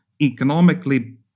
economically